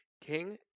King